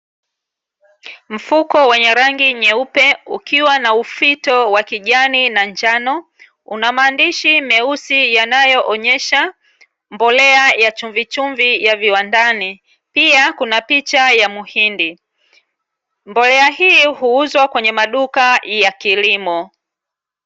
Mfuko wenye rangi nyeupe ukiwa na ufito wa kijani na njano, una maandishi meusi yanayoonyesha mbolea ya chumvichumvi ya viwandani. Pia, kuna picha ya mhindi. Mbolea hii huuzwa kwenye maduka ya kilimo.